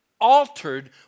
altered